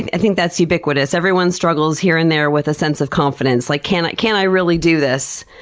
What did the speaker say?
and i think that's ubiquitous. everyone struggles here and there with a sense of confidence like, can i can i really do this?